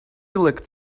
looked